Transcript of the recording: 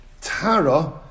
Tara